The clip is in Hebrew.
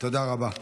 תודה רבה.